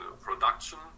production